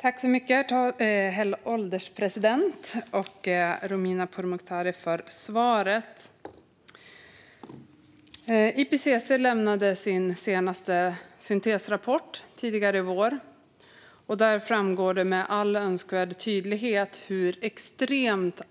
Herr ålderspresident! Tack, Romina Pourmokhtari, för svaret! IPCC lämnade sin senaste syntesrapport tidigare i vår. Där framgår det med all önskvärd tydlighet att